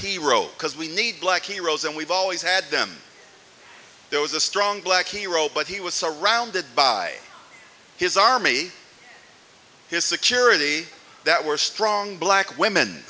he wrote because we need black heroes and we've always had them there was a strong black hero but he was surrounded by his army his security that were strong black women